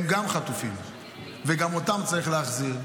גם הם חטופים וגם אותם צריך להחזיר,